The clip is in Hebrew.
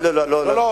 לא, לא.